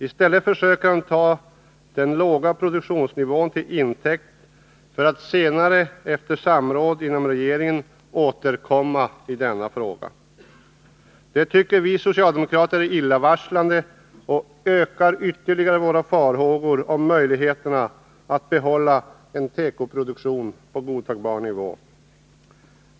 I stället försöker han ta den låga produktionsnivån till intäkt för att senare, efter samråd inom regeringen, återkomma i denna fråga. Det tycker vi socialdemokrater är illavarslande. Det ökar ytterligare våra farhågor när det gäller möjligheterna att behålla en tekoproduktion på godtagbar nivå.